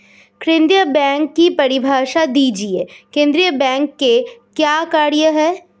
केंद्रीय बैंक की परिभाषा दीजिए केंद्रीय बैंक के क्या कार्य हैं?